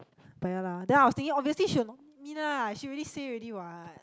but ya lah then I was thinking obviously she will nominate me lah she already say salready [what]